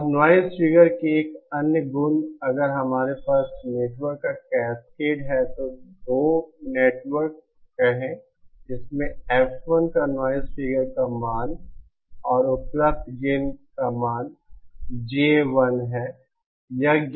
अब noise figure की एक अन्य गुण अगर हमारे पास नेटवर्क का कैस्केड है तो 2 नेटवर्क कहें इसमें F1 का नॉइज़ फिगर मान और उपलब्ध गेन मान GA1 है